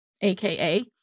AKA